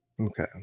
okay